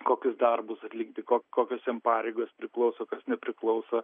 kokius darbus atlikti ko kokios jam pareigos priklauso kas nepriklauso